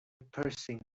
piercing